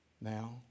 now